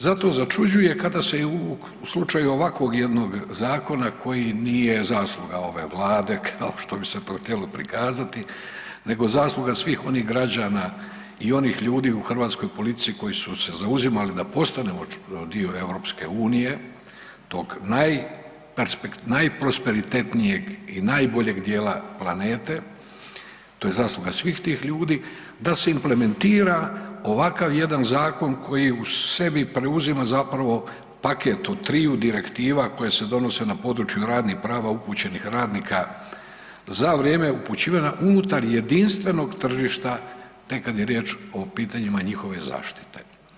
Zato i začuđuje kada se i u slučaju ovakvog jednog zakona koji nije zasluga ove Vlade kao što bi se to htjelo prikazati, nego zasluga svih onih građana i onih ljudi u hrvatskoj politici koji su se zauzimali da postanemo dio EU, tog najprosperitetnijeg i najboljeg dijela planete, to je zasluga svih tih ljudi da se implementira ovakav jedan zakon koji u sebi preuzima zapravo preuzima paket od triju direktiva koje se donose na području radnih prava upućenih radnika za vrijeme upućivanja unutar jedinstvenog tržišta, tek kada je riječ o pitanjima njihove zaštite.